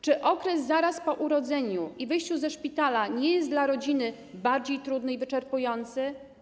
Czy okres zaraz po urodzeniu i wyjściu ze szpitala nie jest dla rodziny bardziej trudny i wyczerpujący?